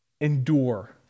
endure